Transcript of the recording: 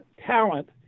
talent